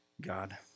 God